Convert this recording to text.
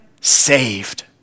saved